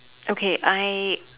okay I